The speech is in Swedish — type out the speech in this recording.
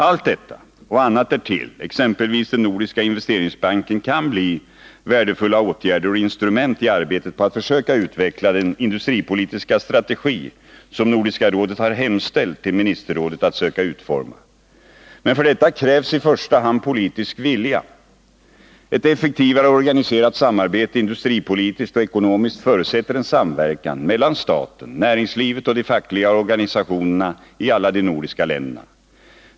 Allt detta och annat därtill, exempelvis Nordiska investeringsbanken, kan bli värdefulla åtgärder och instrument i arbetet på att försöka utveckla den industripolitiska strategi som Nordiska rådet har hemställt till ministerrådet att söka utforma. Men för detta krävs i första hand politisk vilja. Ett effektivare organiserat samarbete, industripolitiskt och ekonomiskt, förutsätter en samverkan mellan staten, näringslivet och de fackliga organisationerna i alla de nordiska länderna.